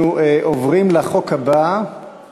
אנחנו עוברים להצעת חוק הבאה,